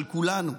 של כולנו,